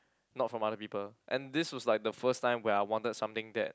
not from other people and this was like the first time where I wanted something that